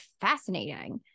fascinating